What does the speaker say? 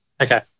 Okay